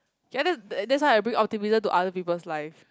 ya that that's why I bring optimism to other people's life